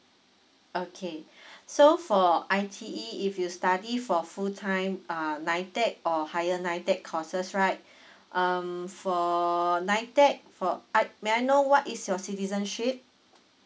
okay so for I_T_E if you study for full time uh nitec or higher nitec courses right um for nitec for I may I know what is your citizenship